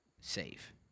Save